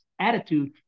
attitude